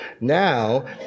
Now